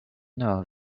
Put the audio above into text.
know